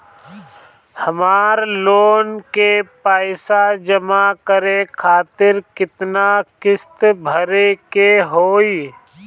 हमर लोन के पइसा जमा करे खातिर केतना किस्त भरे के होई?